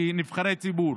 כנבחרי ציבור,